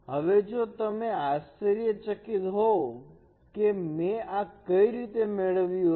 હવે જો તમે આશ્ચર્ય ચકિત હોવ કે મેં આ કઈ રીતે મેળવ્યું હશે